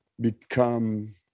become